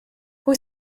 pwy